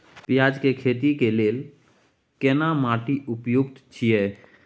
पियाज के खेती के लेल केना माटी उपयुक्त छियै?